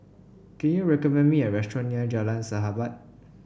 can you recommend me a restaurant near Jalan Sahabat